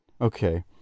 okay